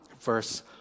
verse